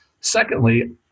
Secondly